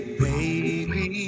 baby